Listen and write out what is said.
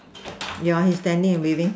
yeah he's standing and waving